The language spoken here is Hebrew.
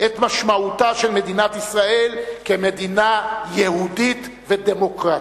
את משמעותה של מדינת ישראל כמדינה יהודית ודמוקרטית.